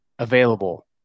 available